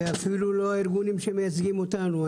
ואפילו לא הארגונים שמייצגים אותנו.